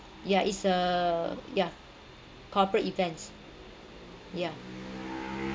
yeah it's a yeah corporate events yeah